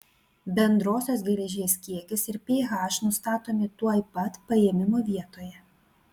bendrosios geležies kiekis ir ph nustatomi tuoj pat paėmimo vietoje